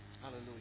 Hallelujah